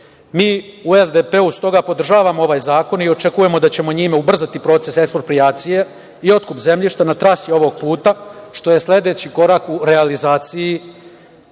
Mi u SDP-u stoga podržavamo ovaj zakon i očekujemo da ćemo njime ubrzati proces eksproprijacije i otkup zemljišta na trasi ovog puta što je sledeći korak u realizaciji